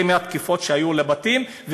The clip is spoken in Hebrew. וזה מהתקיפות שהיו לבתים.